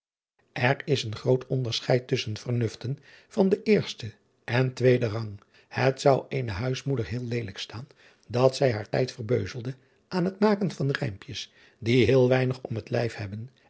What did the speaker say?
r is een groot onderscheid tusschen vernuften van den eersten en tweeden rang et zou eene huismoeder heel leelijk staan dat zij haar tijd verbeuzelde aan het maken van rijmpjes die heel weinig om het lijf hebben